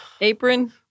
Apron